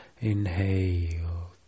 Inhale